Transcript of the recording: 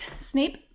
Snape